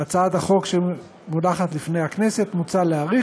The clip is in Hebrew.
בהצעת החוק שמונחת לפני הכנסת מוצע להאריך